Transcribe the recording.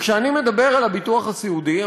כשאני מדבר על הביטוח הסיעודי,